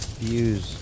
views